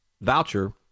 voucher